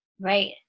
Right